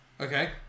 Okay